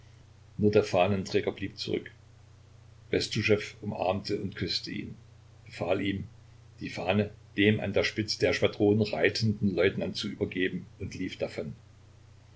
nur der fahnenträger blieb zurück bestuschew umarmte und küßte ihn befahl ihm die fahne dem an der spitze der schwadron reitenden leutnant zu übergeben und lief davon